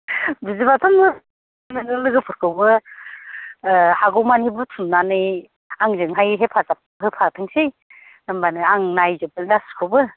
बिदिबाथ' मोजां नोङो लोगोफोरखौबो हागौमानि बुथुमनानै आंजोंहाय हेफाजाब होफाथोंसै होनबानो आं नायजोबगोन गासैखौबो